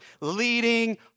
leading